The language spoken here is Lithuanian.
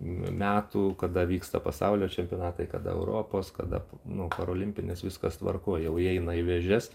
metų kada vyksta pasaulio čempionatai kada europos kada nu parolimpinės viskas tvarkoj jau įeina į vėžes